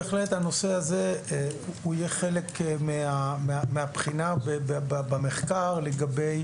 בהחלט הנושא הזה הוא יהיה חלק מהבחינה במחקר לגבי